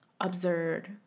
absurd